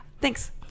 Thanks